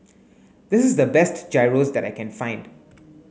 this is the best Gyros that I can find